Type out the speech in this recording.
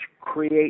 create